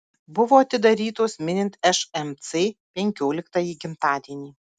buvo atidarytos minint šmc penkioliktąjį gimtadienį